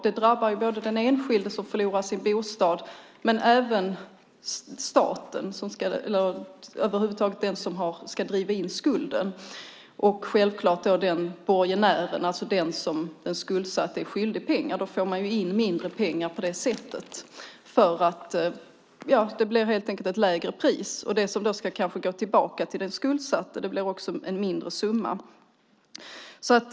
Det drabbar både den enskilde som förlorar sin bostad och den som ska driva in skulden och självklart borgenären, alltså den som den skuldsatta är skyldig pengar. Man får in mindre pengar på det sättet, eftersom det helt enkelt blir ett lägre pris. Den summa som kanske ska gå tillbaka till den skuldsatta blir också mindre.